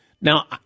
Now